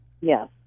Yes